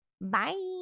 Bye